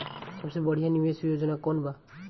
सबसे बढ़िया निवेश योजना कौन बा?